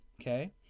okay